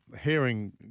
hearing